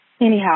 Anyhow